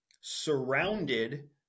surrounded